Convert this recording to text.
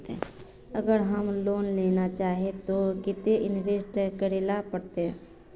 अगर हम लोन लेना चाहते तो केते इंवेस्ट करेला पड़ते?